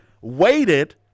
waited